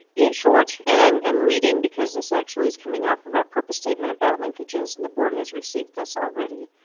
in short, and i'm i'm reading because this actually is coming off of our purpose statement about linkages and the board has received this already.